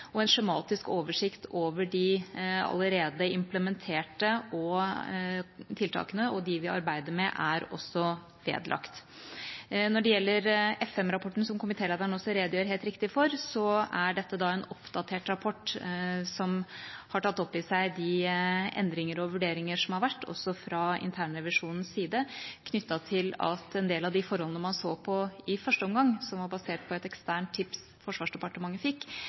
og en skjematisk oversikt over de allerede implementerte tiltakene og de vi arbeider med, er også vedlagt. Når det gjelder F-5-rapporten som komitélederen redegjorde helt riktig for, er det en oppdatert rapport som har tatt opp i seg de endringer og vurderinger som har vært, også fra internrevisjonens side, knyttet til at en del av de forholdene man så på i første omgang, som var basert på et eksternt tips Forsvarsdepartementet fikk,